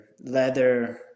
leather